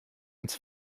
uns